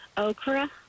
Okra